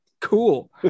Cool